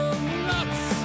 nuts